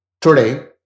Today